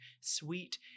sweet